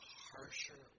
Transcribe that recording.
harsher